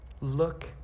Look